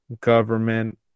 government